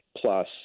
plus